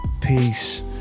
peace